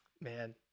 Man